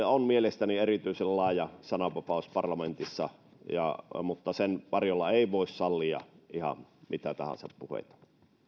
on mielestäni erityisen laaja sananvapaus parlamentissa mutta sen varjolla ei voi sallia ihan mitä tahansa puheita